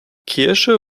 kirche